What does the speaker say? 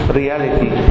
reality